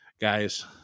Guys